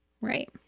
Right